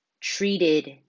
treated